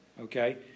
okay